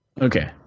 Okay